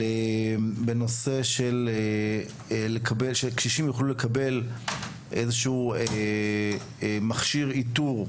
שמטרתה היא שקשישים יכולים לקבל איזה שהוא מכשיר איתור,